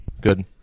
Good